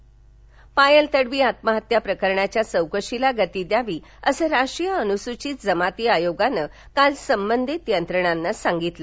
तडवी पायल तडवी आत्महत्या प्रकरणाच्या चौकशीला गती द्यावी असं राष्ट्रीय अनुसूचित जमाती आयोगानं काल संबंधित यंत्रणांना सांगितलं